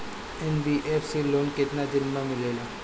NBFC loan केतना दिन मे मिलेला?